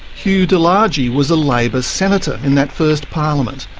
hugh de largie was a labor senator in that first parliament,